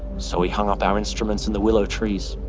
so we hung up our instruments in the willow trees,